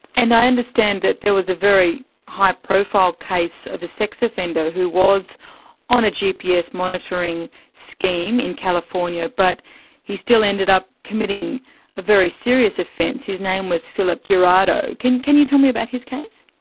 and i understand that there was a very high profile case of a sex offender who was on a gps monitoring scheme in california, but he still ended up committing a very serious offence. his name was phillip garrido. can can you tell me about his case?